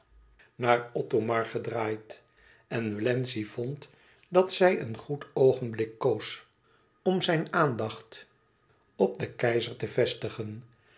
naar othomar gedraaid en wlenzci vond dat zij een goed oogenblik koos om zijn aandacht op den keizer te vestigen